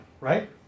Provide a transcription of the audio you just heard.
right